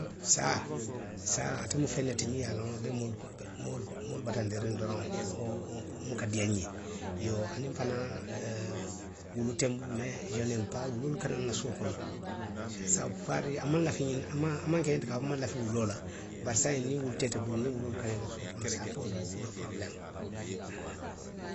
> saa ate mu feŋ ne ti miŋ ye a loŋ ate be moolu ko, a be moolu bataandiriŋ doroŋ, wo, wo buka diiyaa nňe. Iyoo aniŋ fanaŋ ee wulu te nbulu, mee se nemu paa wuloolu ka naa nna suo kono se saa. Faadinyaa, nmaŋ lafi ňiŋ na. a maŋ a maŋ ke ňinti ka a fo ko nmaŋ lafi wuloo la. Bari saayiŋ niŋ wulu te ite bulu, niŋ wuloolu ka naa ite la suo kono saa posi bokuu de porobileemu; haa